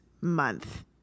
month